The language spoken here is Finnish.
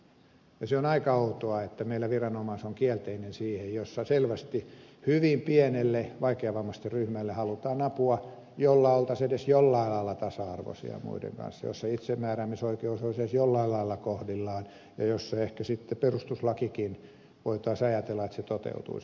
ja se on aika outoa että meillä viranomainen on kielteinen siinä jossa selvästi hyvin pienelle vaikeavammaisten ryhmälle halutaan apua jolloin oltaisiin edes jollain lailla tasa arvoisia muiden kanssa jolloin itsemääräämisoikeus olisi edes jollain lailla kohdillaan ja jolloin ehkä sitten voitaisiin ajatella että perustuslakikin toteutuisi vähän paremmin